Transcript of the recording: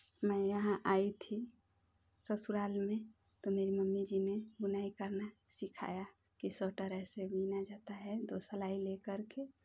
मैं यहाँ आई थी ससुराल में तो मेरी मम्मी जी ने बुनाई करना सिखाया कि सूटर ऐसे बिना जाता है दो सिलाई लेकर के